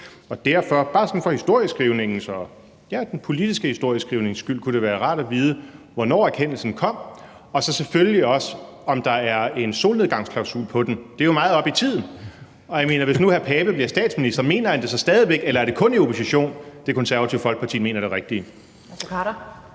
det bare for historieskrivningens og den politiske historieskrivnings skyld være rart at vide, hvornår erkendelsen kom – og så selvfølgelig også, om der er en solnedgangsklausul på den. Det er jo meget oppe i tiden, og hvis nu hr. Søren Pape Poulsen bliver statsminister, mener han det så stadig væk, eller er det kun i opposition, Det Konservative Folkeparti mener det rigtige?